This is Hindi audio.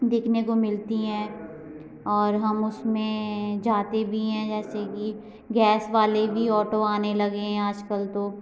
दिखने को मिलतीं हैं और हम उसमें जाते भी हैं जैसे कि गैस वाले भी ऑटो आने लगे हैं आजकल तो